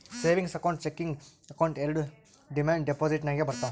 savings account, checking account ಎರೆಡು demand deposit ನಾಗೆ ಬರ್ತಾವ್